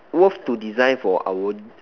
worth to design for our own